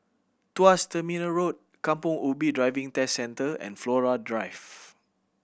Tuas Terminal Road Kampong Ubi Driving Test Centre and Flora Drive